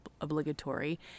obligatory